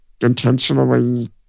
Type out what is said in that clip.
intentionally